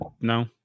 no